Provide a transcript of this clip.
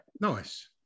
Nice